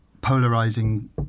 polarizing